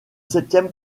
septième